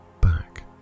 back